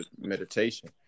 meditation